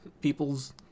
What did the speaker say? Peoples